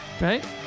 Right